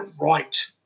right